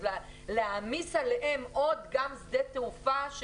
אז להעמיס עליהם גם שדה תעופה?